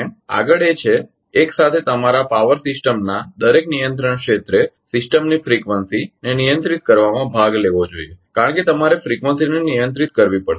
આગળ એ છે કે એક સાથે તમારા પાવર સિસ્ટમના દરેક નિયંત્રણ ક્ષેત્રે સિસ્ટમની ફ્રીકવંસીફ્રીકવંસીને નિયંત્રિત કરવામાં ભાગ લેવો જોઈએ કારણ કે તમારે ફ્રીકવંસી ને નિયંત્રિત કરવી પડશે